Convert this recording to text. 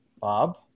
Bob